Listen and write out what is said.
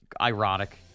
ironic